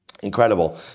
Incredible